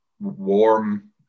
warm